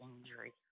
injury